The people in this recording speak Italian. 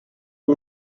con